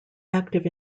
active